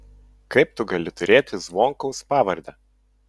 kaip tu gali turėti zvonkaus pavardę